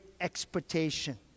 expectation